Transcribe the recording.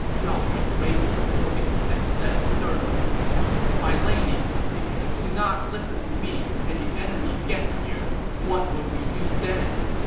zhao yun raised his voice and said sternly my lady, if you do not listen to me and the enemy gets here, what would we do then!